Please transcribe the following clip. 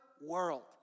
world